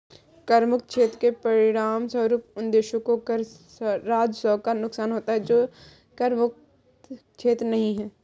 कर मुक्त क्षेत्र के परिणामस्वरूप उन देशों को कर राजस्व का नुकसान होता है जो कर मुक्त क्षेत्र नहीं हैं